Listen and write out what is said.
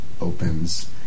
opens